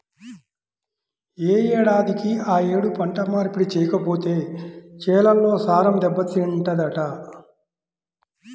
యే ఏడాదికి ఆ యేడు పంట మార్పిడి చెయ్యకపోతే చేలల్లో సారం దెబ్బతింటదంట